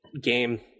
game